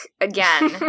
again